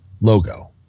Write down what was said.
logo